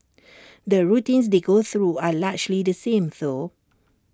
the routines they go through are largely the same though